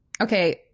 Okay